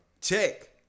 Check